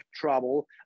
trouble